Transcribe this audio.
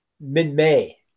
mid-May